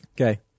okay